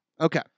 Okay